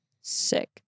Sick